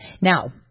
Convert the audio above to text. Now